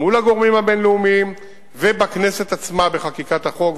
מול הגורמים הבין-לאומיים ובכנסת עצמה בחקיקת החוק,